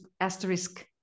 asterisk